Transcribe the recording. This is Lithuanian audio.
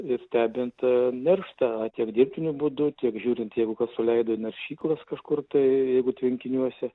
ir stebint nerštą tiek dirbtiniu būdu tiek žiūrint jeigu kas suleido į naršyklas kažkur tai jeigu tvenkiniuose